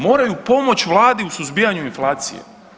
Moraju pomoći Vladi u suzbijanju inflacije.